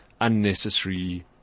unnecessary